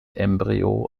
embryo